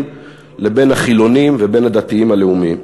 לבין החילונים ובין הדתיים הלאומיים,